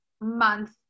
month